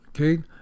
Okay